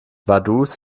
vaduz